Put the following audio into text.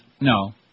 No